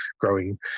growing